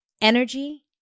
energy